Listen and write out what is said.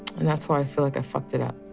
and that's why i feel like i fucked it up.